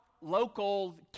local